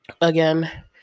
again